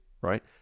right